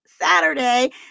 Saturday